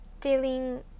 feeling